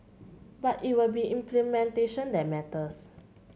but it will be implementation that matters